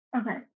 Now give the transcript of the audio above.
Okay